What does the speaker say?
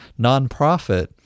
nonprofit